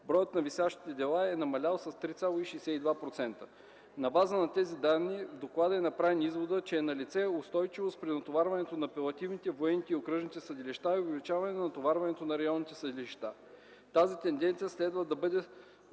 Броят на висящите дела е намалял с 3,62%. На базата на тези данни в Доклада е направен изводът, че е налице устойчивост при натоварването на апелативните, военните и окръжните съдилища и увеличаване натоварването на районните съдилища. Тези тенденции следва да бъдат